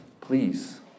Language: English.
Please